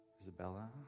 Isabella